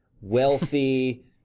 wealthy